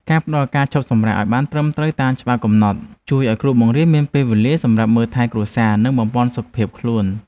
ការផ្តល់ការឈប់សម្រាកឱ្យបានត្រឹមត្រូវតាមច្បាប់កំណត់ជួយឱ្យគ្រូបង្រៀនមានពេលវេលាសម្រាប់មើលថែគ្រួសារនិងបំប៉នសុខភាពខ្លួន។